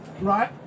right